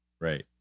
right